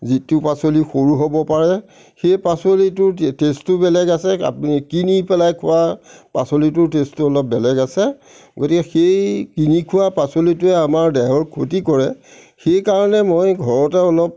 যিটো পাচলি সৰু হ'ব পাৰে সেই পাচলিটো টেষ্টটো বেলেগ আছে আপুনি কিনি পেলাই খোৱা পাচলিটো টেষ্টো অলপ বেলেগ আছে গতিকে সেই কিনি খোৱা পাচলিটোৱে আমাৰ দেহৰ ক্ষতি কৰে সেই কাৰণে মই ঘৰতে অলপ